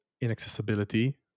inaccessibility